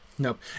Nope